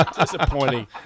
Disappointing